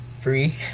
free